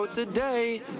Today